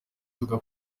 avuga